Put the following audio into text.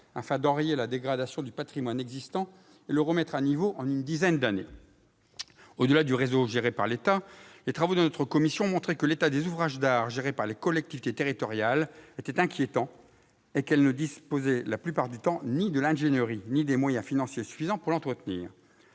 pour enrayer la dégradation du patrimoine existant et le remettre à niveau en une dizaine d'années. Au-delà du réseau géré par l'État, les travaux de notre commission ont montré que l'état des ouvrages d'art gérés par les collectivités territoriales était inquiétant et que ces collectivités ne disposaient, la plupart du temps, ni de l'ingénierie ni des moyens financiers suffisants pour les entretenir.